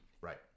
Right